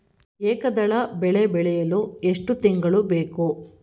ಏಕದಳ ಬೆಳೆ ಬೆಳೆಯಲು ಎಷ್ಟು ತಿಂಗಳು ಬೇಕು?